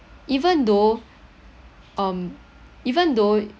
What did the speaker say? even though um even though